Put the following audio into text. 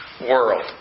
world